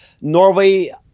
Norway